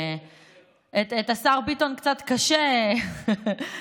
את השר ביטון קצת קשה לתקוף,